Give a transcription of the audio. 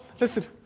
Listen